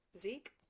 Zeke